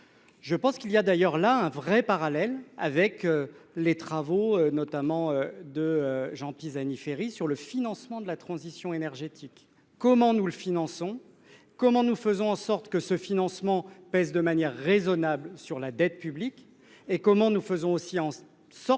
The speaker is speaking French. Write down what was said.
Je pense qu'il y a d'ailleurs là un vrai parallèle avec les travaux, notamment, de Jean Pisani-Ferry sur le financement de la transition énergétique, comment nous le finançons comment nous faisons en sorte que ce financement pèse de manière raisonnable sur la dette publique